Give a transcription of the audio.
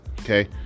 okay